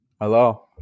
Hello